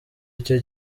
icyo